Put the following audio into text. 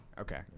Okay